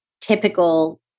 typical